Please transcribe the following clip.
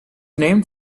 named